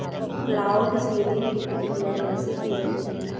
Cloud seeding की प्रक्रिया कैसे की जाती है?